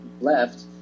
left